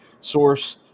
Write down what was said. source